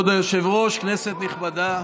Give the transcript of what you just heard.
כבוד היושב-ראש, כנסת נכבדה,